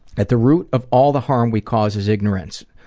at the root of all the harm we cause is ignorance.